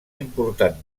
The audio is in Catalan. important